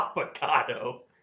Avocado